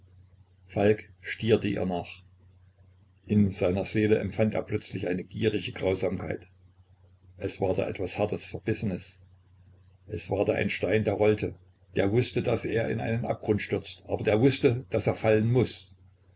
falk stierte ihr nach in seiner seele empfand er plötzlich eine gierige grausamkeit es war da etwas hartes verbissenes es war da ein stein der rollte der wußte daß er in einen abgrund stürzt aber der wußte daß er fallen muß